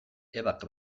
ebak